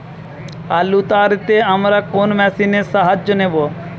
আলু তাড়তে আমরা কোন মেশিনের সাহায্য নেব?